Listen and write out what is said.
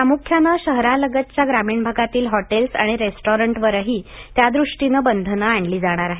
प्रामुख्यानं शहरालगतच्या ग्रामीण भागातील हॉटेल आणि रेस्टॉरंट वरही त्यादृष्टीनं बंधन आणली जाणार आहेत